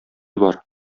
бар